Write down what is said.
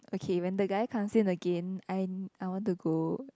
okay when the guy comes in again I I want to go